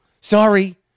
Sorry